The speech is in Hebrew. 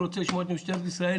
אני רוצה לשמוע את משטרת ישראל,